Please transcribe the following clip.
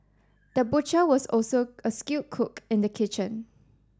the butcher was also a skilled cook in the kitchen